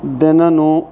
ਦਿਨ ਨੂੰ